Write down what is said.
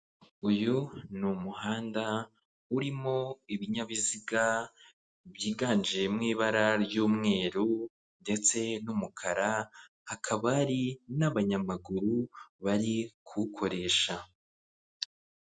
Uyu ni umuhanda urimo ibinyabiziga byiganjemo ibara ry'umweru ndetse n'umukara, hakaba hari n'abanyamaguru bari kuwukoresha.